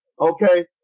okay